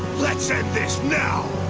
let's end this now!